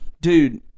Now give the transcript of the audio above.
Dude